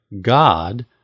God